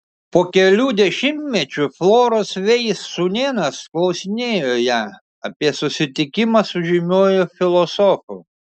po kelių dešimtmečių floros veis sūnėnas klausinėjo ją apie susitikimą su žymiuoju filosofu